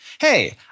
Hey